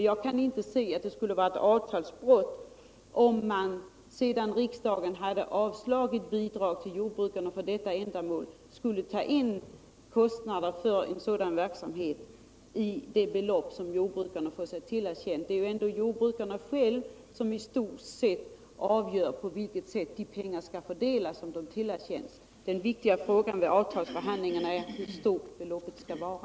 Jag kan inte se att det skulle vara ett avtalsbrott om man, sedan riksdagen avslagit bidrag till jordbrukarna för detta ändamål, skulle ta in kostnader för en sådan verksamhet i det belopp som jordbrukarna fått sig tillerkänt. Det är ändå jordbrukarna som i stort sett avgör på vilket sätt de pengar skall fördelas som de tillerkänts. Den viktiga frågan vid avtalsförhandlingarna är hur stort beloppet skall vara.